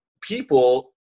people